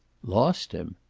lost him!